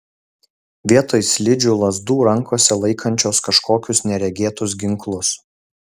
vietoj slidžių lazdų rankose laikančios kažkokius neregėtus ginklus